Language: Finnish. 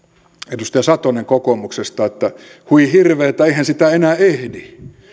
edustaja satonen kokoomuksesta että hui hirveetä eihän sitä enää ehdi